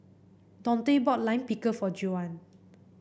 Dontae bought Lime Pickle for Juwan